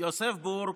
יוסף בורג,